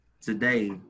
today